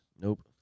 Nope